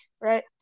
right